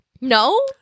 No